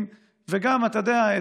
ואתה יודע,